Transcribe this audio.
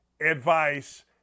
advice